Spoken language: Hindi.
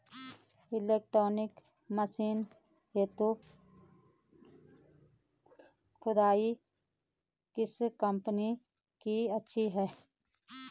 इलेक्ट्रॉनिक मशीन खुदाई हेतु किस कंपनी की अच्छी है?